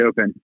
open